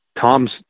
Tom's